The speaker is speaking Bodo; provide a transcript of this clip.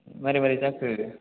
मारै मारै जाखो